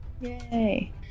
Yay